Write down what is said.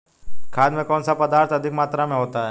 खाद में कौन सा पदार्थ अधिक मात्रा में होता है?